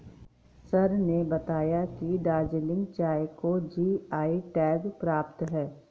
sir ने बताया कि दार्जिलिंग चाय को जी.आई टैग प्राप्त है